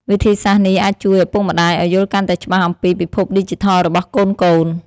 វិធីសាស្រ្តនេះអាចជួយឪពុកម្តាយឱ្យយល់កាន់តែច្បាស់អំពីពិភពឌីជីថលរបស់កូនៗ។